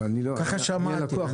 ככה שמעתי.